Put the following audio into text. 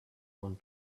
want